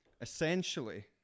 essentially